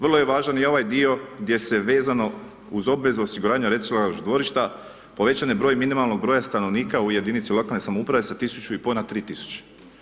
Vrlo je važan i ovaj dio gdje se vezano uz obvezno osiguranje reciklažnog dvorišta, povećan je broj minimalnog broja stanovnika u jedinice lokalne samouprave sa 1500 na 3000.